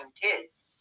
kids